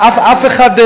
אף אחד,